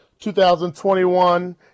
2021